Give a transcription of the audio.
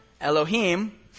Elohim